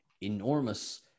enormous